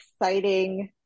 exciting